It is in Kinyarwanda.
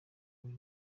buri